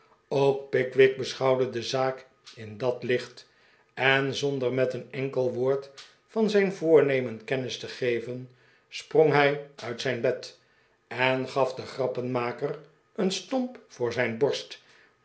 ook pickwick beschouwde de zaak in dat licht en zonder met een enkel woord van zijn voornemen kennis te geven sprang hij uit zijn bed en gaf den grappenmaker een stomp voor zijn borst